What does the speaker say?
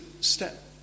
step